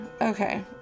Okay